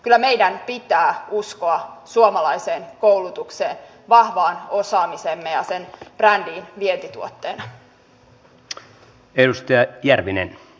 kyllä meidän pitää uskoa suomalaiseen koulutukseen vahvaan osaamiseemme ja sen brändiin vientituotteena